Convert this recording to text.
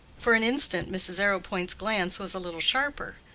for an instant mrs. arrowpoint's glance was a little sharper,